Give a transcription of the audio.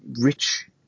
rich